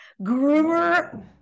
Groomer